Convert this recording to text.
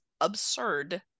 absurd